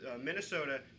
Minnesota